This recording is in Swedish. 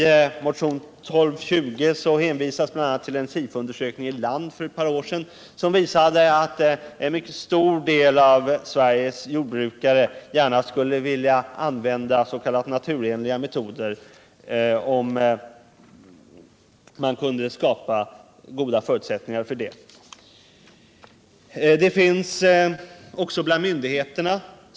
I motionen 1220 hänvisas bl.a. till att en Sifoundersökning i tidningen Land för ett par år sedan visade att en mycket stor del av Sveriges jordbrukare gärna skulle vilja använda s.k. naturenliga metoder, om förutsättningar för sådan odling kunde skapas. Även myndigheterna är intresserade av dessa odlingsmetoder.